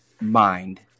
mind